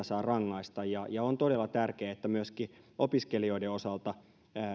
saa rangaista on todella tärkeää että myöskin opiskelijoiden osalta